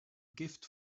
gift